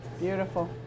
Beautiful